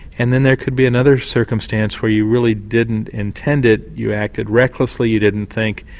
and then there could be another circumstance where you really didn't intend it, you acted recklessly, you didn't think,